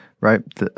right